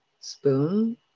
spoon